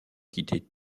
quitté